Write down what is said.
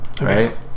right